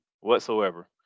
whatsoever